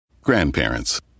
Grandparents